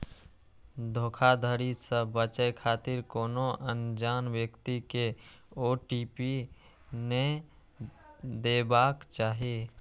धोखाधड़ी सं बचै खातिर कोनो अनजान व्यक्ति कें ओ.टी.पी नै देबाक चाही